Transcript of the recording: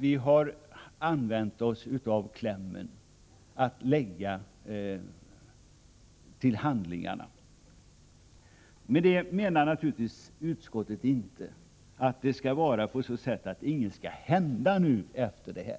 Vi har använt oss av klämmen att ”lägga till handlingarna”. Med detta uttryck menar utskottet naturligtvis inte att ingenting skall hända härefter.